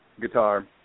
Guitar